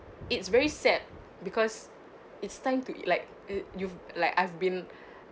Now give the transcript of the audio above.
it's very sad because it's time to eat like it you've like I've been